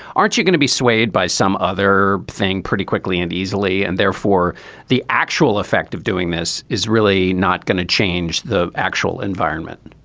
aren't you going to be swayed by some other thing pretty quickly and easily and therefore the actual effect of doing this is really not going to change the actual environment